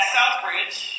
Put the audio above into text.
Southbridge